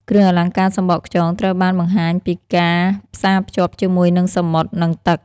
គ្រឿងអលង្ការសំបកខ្យងត្រូវបានបង្ហាញពិការផ្សារភ្ជាប់ជាមួយនឹងសមុទ្រ និងទឹក។